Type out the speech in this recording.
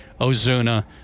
Ozuna